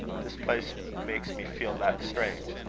this place makes me feel that strange.